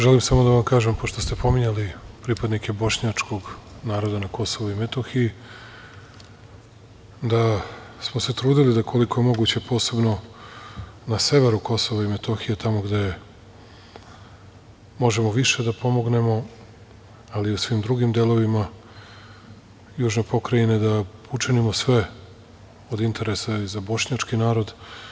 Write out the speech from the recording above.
Želim samo da vam kažem, pošto ste pominjali pripadnike bošnjačkog naroda na Kosovu i Metohiji, da smo se trudili da koliko je moguće posebno na severu Kosova i Metohije tamo gde možemo više da pomognemo, ali i u svim drugim delovima južne pokrajine, da učinimo sve od interesa i za bošnjački narod.